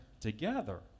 together